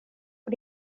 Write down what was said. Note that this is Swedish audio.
och